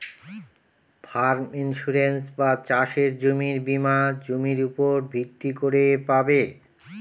farm insurance বা চাসের জমির বীমা জমির উপর ভিত্তি করে পাবে